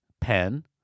pen